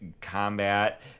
combat